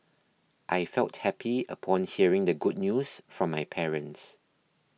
I felt happy upon hearing the good news from my parents